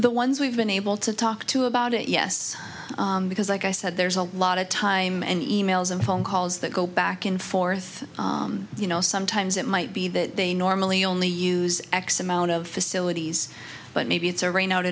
the ones we've been able to talk to about it yes because like i said there's a lot of time and e mails and phone calls that go back and forth you know sometimes it might be that they normally only use x amount of facilities but maybe it's a rainout